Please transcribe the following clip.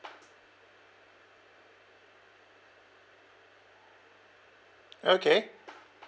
okay